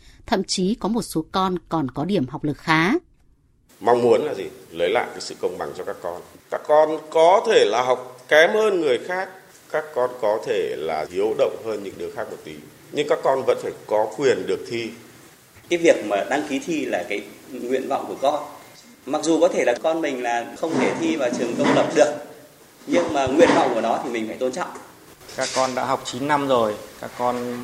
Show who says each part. Speaker 1: Thậm chí có một số con còn có điểm học lực khá.
Speaker 2: Mong muốn là gì? Lấy lại cái sự công bằng cho các con. Các con có thể là học kém hơn người khác. Các con có thể là hiếu động hơn những đứa khác một tí. Nhưng các con vẫn phải có quyền được thi.
Speaker 3: Cái việc mà đăng ký thi là cái nguyện vọng của con. Mặc dù có thể là con mình là không thể thi vào trường công lập được, nhưng mà nguyện vọng của nó thì mình phải tôn trọng.
Speaker 4: Các con đã học chín năm rồi, các con